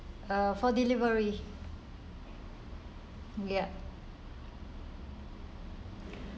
uh for delivery ya